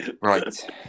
Right